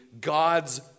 God's